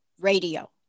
radio